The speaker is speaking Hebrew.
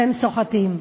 והם סוחטים.